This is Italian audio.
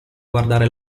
guardare